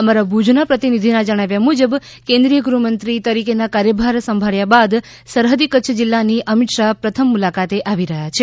અમારા ભુજના પ્રતિનિધિના જણાવ્યા મુજબ કેન્દ્રીય ગૃહમંત્રી તરીકેના કાર્યભાર સંભાળ્યા બાદ સરહદી કચ્છ જિલ્લાની અમિત શાહ પ્રથમ મુલાકાતે આવી રહ્યા છે